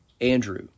Andrew